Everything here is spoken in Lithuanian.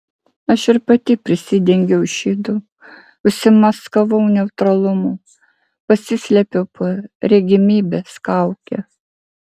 aš ir pati prisidengiau šydu užsimaskavau neutralumu pasislėpiau po regimybės kauke